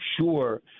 sure